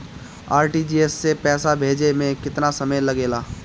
RTGS से पैसा भेजे में केतना समय लगे ला?